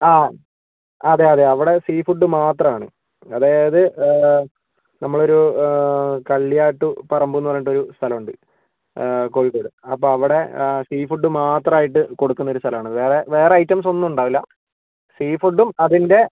ആ അതെയതെ അവിടെ സീ ഫുഡ് മാത്രമാണ് അതായത് നമ്മളൊരു കള്ളിയാട്ടു പറമ്പു എന്നു പറഞ്ഞിട്ടൊരു സ്ഥലമുണ്ട് കോഴിക്കോട് അപ്പം അവിടെ സീ ഫുഡ് മാത്രമായിട്ട് കൊടുക്കുന്നൊരു സ്ഥലമാണ് വേറെ വേറെ ഐറ്റംസ് ഒന്നുമുണ്ടാവില്ല സീ ഫുഡും അതിൻ്റെ